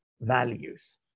values